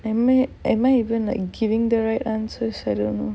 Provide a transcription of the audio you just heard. am I am I even like giving the right answers I don't know